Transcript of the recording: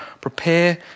Prepare